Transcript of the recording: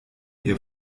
ihr